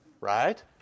Right